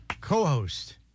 co-host